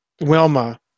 Wilma